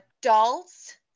adults